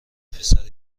پسر